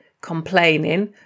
complaining